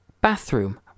Bathroom